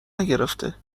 نگرفته